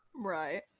Right